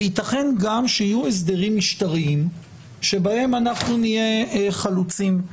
וייתכן גם שיהיו הסדרים משטריים שבהם אנחנו נהיה חלוצים.